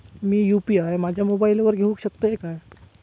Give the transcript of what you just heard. मी UPI माझ्या मोबाईलावर घेवक शकतय काय?